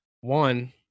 one